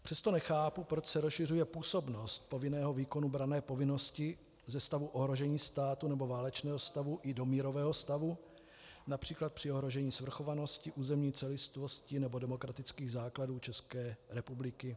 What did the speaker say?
Přesto nechápu, proč se rozšiřuje působnost povinného výkonu branné povinnosti ze stavu ohrožení státu nebo válečného stavu i do mírového stavu, například při ohrožení svrchovanosti, územní celistvosti nebo demokratických základů České republiky.